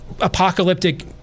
apocalyptic